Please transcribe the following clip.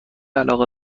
علاقه